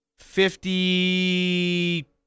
Fifty